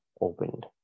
opened